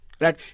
right